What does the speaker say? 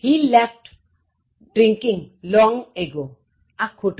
He left drinking long ago ખોટું રુપ